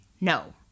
No